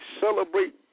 celebrate